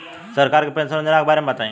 सरकार के पेंशन योजना के बारे में बताईं?